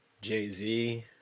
Jay-Z